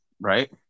Right